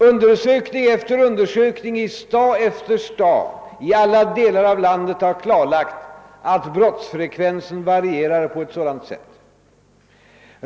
Undersökning efter undersökning i stad efter stad i alla delar av landet har klarlagt att brottsfrekvensen varierar på ett sådant sätt.